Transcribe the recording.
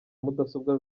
mudasobwa